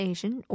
Asian